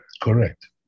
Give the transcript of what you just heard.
Correct